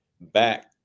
back